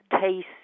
taste